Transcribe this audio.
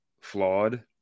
flawed